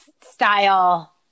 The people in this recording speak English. style